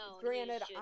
granted